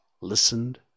listened